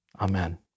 Amen